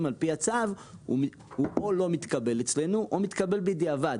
על פי הצו הוא או לא מתקבל אצלנו או מתקבל רק בדיעבד.